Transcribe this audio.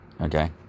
Okay